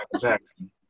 jackson